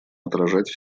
отражать